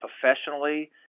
professionally